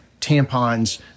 tampons